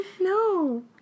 No